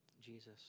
Jesus